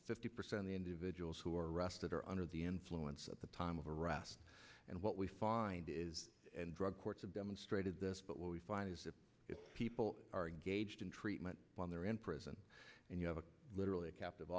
fifty percent of the individuals who are arrested are under the influence at the time of eros and what we find is drug courts have demonstrated this but what we find is that if people are engaged in treatment while they're in prison and you have a literally captive